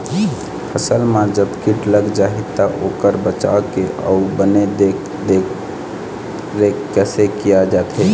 फसल मा जब कीट लग जाही ता ओकर बचाव के अउ बने देख देख रेख कैसे किया जाथे?